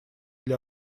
для